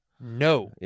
No